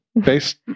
Based